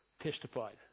testified